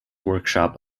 workshop